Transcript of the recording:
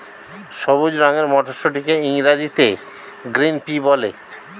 সবুজ রঙের মটরশুঁটিকে ইংরেজিতে গ্রিন পি বলে